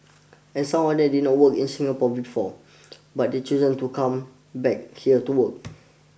and some of them did work in Singapore before but they've chosen to come back here and work